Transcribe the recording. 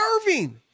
Irving